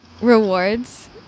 rewards